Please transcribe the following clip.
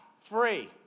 free